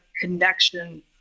connection